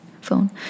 phone